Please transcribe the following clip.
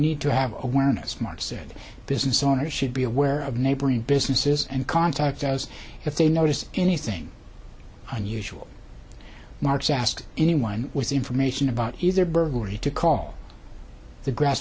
need to have awareness march said business owners should be aware of neighboring businesses and contact us if they notice anything unusual marks asked anyone with information about either burglary to call the grass